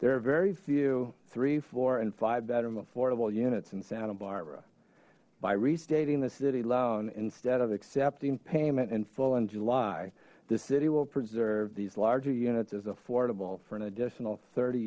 are very few three four and five bedroom affordable units in santa barbara by restating the city loan instead of accepting payment in full in july the city will preserve these larger units is affordable for an additional thirty